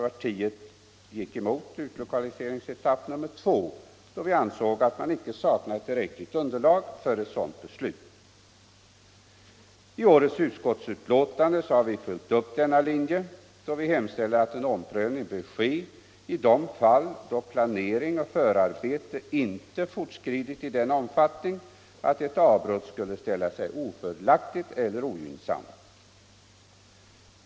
Partiet gick därför emot utlokaliseringsetapp nr 2, då vi ansåg att det saknades tillräckligt underlag för ett sådant beslut. I årets utskottsbetänkande har vi följt upp denna linje, då vi hemställer att en omprövning bör ske i de fall då planering och förarbete inte fortskridit i den omfattning att ett avbrott skulle ställa sig ofördelaktigt eller ogynnsamt.